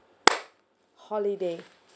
holiday